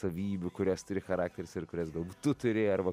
savybių kurias turi charakteris ir kurias galbūt tu turi arba